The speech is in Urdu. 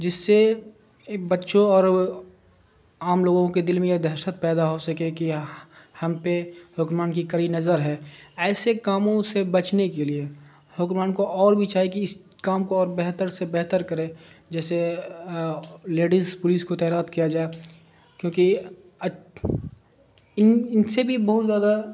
جس سے بچوں اور عام لوگوں کے دل میں درشت پیدا ہو سکے کہ ہم پہ حکرم کی کری نظر ہے ایسے کاموں سے بچنے کے لیے حکمان کو اور بھی چاہے کہ اس کام کو اور بہتر سے بہتر کرے جیسے لیڈیز پولیس کو تیرات کیا جائے کیونکہ ان ان سے بھی بہت زیادہ